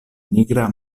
nigra